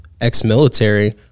ex-military